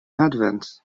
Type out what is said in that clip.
advance